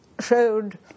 showed